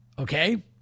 Okay